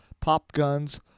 pop-guns